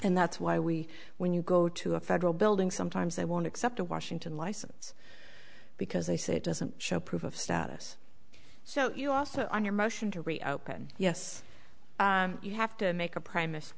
and that's why we when you go to a federal building sometimes they won't accept a washington license because they say it doesn't show proof of status so you also on your motion to reopen yes you have to make a pr